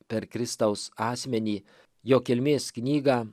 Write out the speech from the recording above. per kristaus asmenį jo kilmės knygą